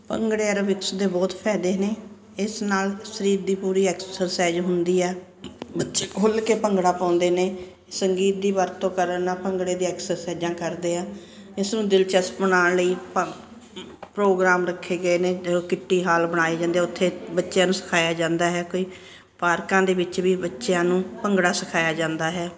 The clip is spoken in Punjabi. ਭੰਗੜੇ ਐਰੋਬਿਕਸ ਦੇ ਬਹੁਤ ਫ਼ਾਇਦੇ ਨੇ ਇਸ ਨਾਲ ਸਰੀਰ ਦੀ ਪੂਰੀ ਐਕਸਰਸੈਜ ਹੁੰਦੀ ਹੈ ਬੱਚੇ ਖੁੱਲ੍ਹ ਕੇ ਭੰਗੜਾ ਪਾਉਂਦੇ ਨੇ ਸੰਗੀਤ ਦੀ ਵਰਤੋਂ ਕਰਨ ਨਾਲ ਭੰਗੜੇ ਦੀ ਐਕਸਰਸਾਈਜਾਂ ਕਰਦੇ ਹਾਂ ਇਸ ਨੂੰ ਦਿਲਚਸਪ ਬਣਾਉਣ ਲਈ ਪ੍ਰੋਗਰਾਮ ਰੱਖੇ ਗਏ ਨੇ ਜਿਵੇਂ ਕਿੱਟੀ ਹਾਲ ਬਣਾਏ ਜਾਂਦੇ ਉੱਥੇ ਬੱਚਿਆਂ ਨੂੰ ਸਿਖਾਇਆ ਜਾਂਦਾ ਹੈ ਕੋਈ ਪਾਰਕਾਂ ਦੇ ਵਿੱਚ ਵੀ ਬੱਚਿਆਂ ਨੂੰ ਭੰਗੜਾ ਸਿਖਾਇਆ ਜਾਂਦਾ ਹੈ